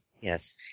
Yes